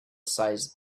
size